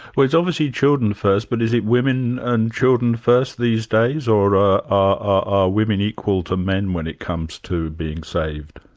well it's obviously children first, but is it women and children first these days, or are women equal to men when it comes to being saved?